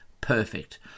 Perfect